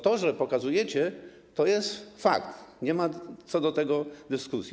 To, co pokazujecie, to jest fakt, nie ma co do tego dyskusji.